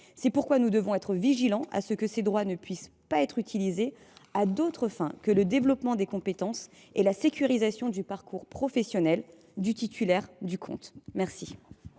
C’est pourquoi nous devons être vigilants pour que ces droits ne puissent pas être utilisés à d’autres fins que le développement des compétences et la sécurisation du parcours professionnel du titulaire du compte. La